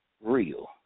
real